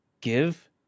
give